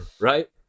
Right